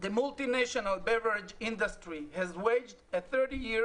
"The multination of beverage industry has waged a 30 years